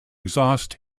exhaust